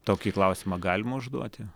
tokį klausimą galima užduoti